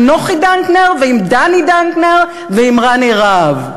נוחי דנקנר ועם דני דנקנר ועם רני רהב.